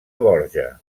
borja